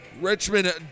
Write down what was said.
Richmond